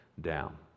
down